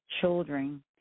children